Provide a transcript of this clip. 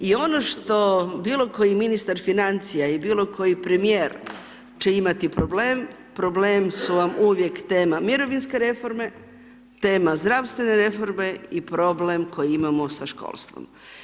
I ono što bilo koji ministar financija i bilo koji premijer će imati problem, problem su vam uvijek tema mirovinske reforme, tema zdravstvene reforme i problem koji imamo s školstvo.